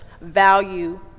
value